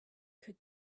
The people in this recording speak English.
could